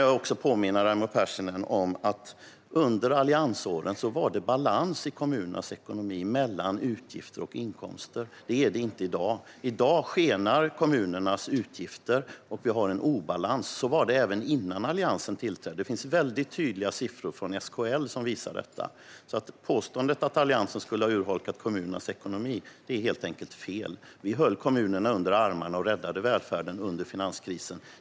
Jag kan påminna Raimo Pärssinen om att det under alliansåren var balans i kommunernas ekonomi mellan utgifter och inkomster. Det är det inte i dag. I dag skenar kommunernas utgifter, och vi har en obalans. Så var det även innan Alliansen tillträdde. Det finns tydliga siffror från SKL som visar detta, så påståendet att Alliansen skulle ha urholkat kommunernas ekonomi är helt enkelt fel. Vi höll kommunerna under armarna och räddade välfärden under finanskrisen.